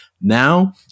Now